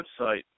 website